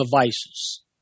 devices